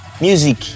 Music